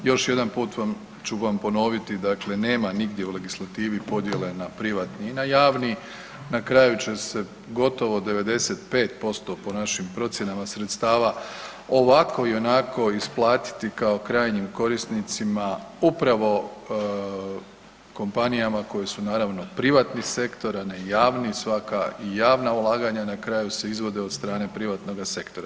Još jedan put ću vam ponoviti, dakle nema nigdje u legislativi podjele na privatni i na javni na kraju će se gotovo 95% po našim procjenama ovako i onako isplatiti kao krajnjim korisnicima upravo kompanije koje su naravno privatni sektor a ne javni i svaka javna ulaganja na kraju se izvode od strane privatnoga sektora.